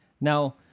Now